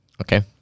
Okay